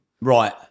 Right